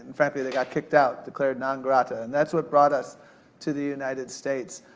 frankly, they got kicked out, declared non grata. and that's what brought us to the united states.